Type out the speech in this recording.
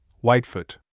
Whitefoot